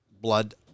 Blood